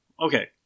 Okay